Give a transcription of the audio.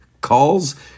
calls